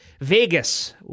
Vegas